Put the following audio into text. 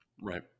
Right